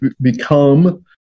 become